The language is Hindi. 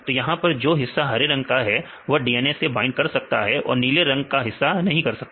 तो यहां पर जो हिस्सा हरे रंग का है वह DNA से बाइंड कर सकता है और नीले रंग का हिस्सा नहीं कर सकते